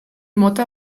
mota